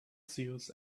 seals